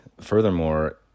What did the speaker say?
furthermore